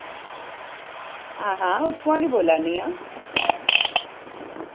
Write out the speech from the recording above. हां हां उत्थुआं गै बोल्ला नी आं